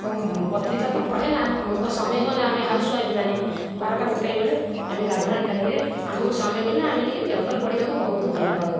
ମୁଁ ପତ୍ରିକା ତ ପଢ଼େ ନା ଆମକୁ ତ ସମୟ ହୁଏ ନା ଆମେ ହାଉସ୍ୱାଇଫ୍ ମାନେ ବାରଟା ଗୋଟେ ବେଳେ ଆମେ ଗାଧୁଆବେଳ ଟାଇମ୍ରେ ଆମକୁ ସମୟ ମିଳେ ଆମେ ଟିକେ ପେପର୍ ପଢ଼ିବାକୁ ବହୁତ ଭଲ ପାଉ